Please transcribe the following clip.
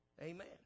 Amen